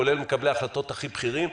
כולל מקבלי ההחלטות הכי בכירים,